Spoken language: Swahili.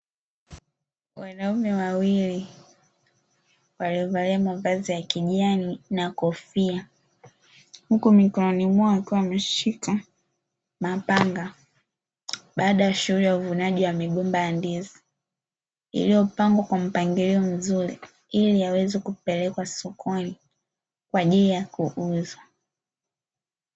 Wanaume wawili waliovalia mavazi ya kijani na kofia, huku mikononi mwao wakiwa wameshika mapanga baada ya shughuli ya uvunaji wa migomba ya ndizi iliyopangwa kwa mpangilio mzuri, ili yaweze kupelekwa sokoni kwajili ya kuuzwa.